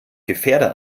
gefährder